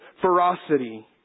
ferocity